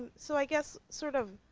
so i guess, sort of,